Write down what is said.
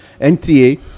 NTA